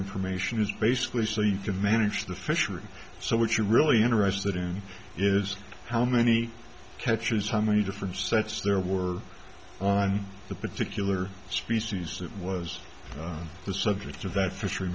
information is basically so you can manage the fishery so what you're really interested in is how many catches how many different sets there were on the particular species that was the subject of that fishery